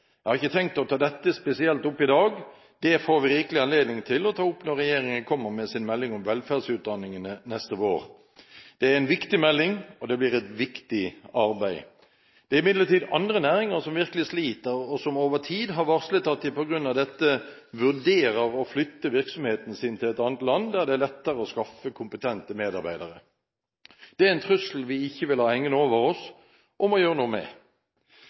Jeg har ikke tenkt å ta dette spesielt opp i dag. Det får vi rikelig anledning til å ta opp når regjeringen kommer med sin melding om velferdsutdanningene neste vår. Det er en viktig melding, og det blir et viktig arbeid. Det er imidlertid andre næringer som virkelig sliter, og som over tid har varslet at de på grunn av dette vurderer å flytte virksomheten sin til et annet land der det er lettere å skaffe kompetente medarbeidere. Det er en trussel vi ikke vil ha hengende over oss, og som vi må gjøre noe med.